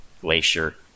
Glacier